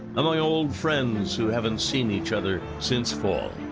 among old friends who haven't seen each other since fall.